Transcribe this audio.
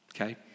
okay